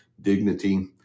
dignity